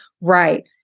right